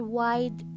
wide